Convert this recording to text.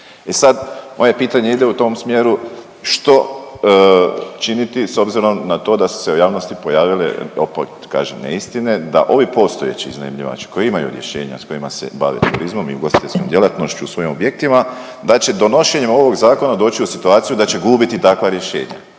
E sad, moje pitanje ide u tom smjeru što činiti s obzirom na to da su se u javnosti pojavile, .../nerazumljivo/... kažem, neistine, da ovi postojeći iznajmljivači koji imaju rješenja s kojima se bave turizmom i ugostiteljskom djelatnošću u svojim objektima, da će donošenjem ovog Zakona doći u situaciju da će gubiti takva rješenja.